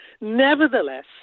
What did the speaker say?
Nevertheless